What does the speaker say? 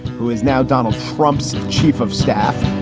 who is now donald trump's chief of staff,